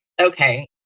okay